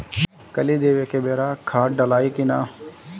कली देवे के बेरा खाद डालाई कि न?